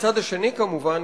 והצד השני, כמובן,